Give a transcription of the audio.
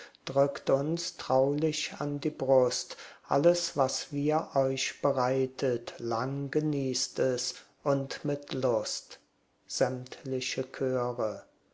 drückt uns traulich an die brust alles was wir euch bereitet lang genießt es und mit lust sämtliche chöre